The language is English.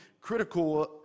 critical